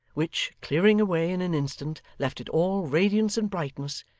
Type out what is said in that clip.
which, clearing away in an instant, left it all radiance and brightness,